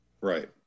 Right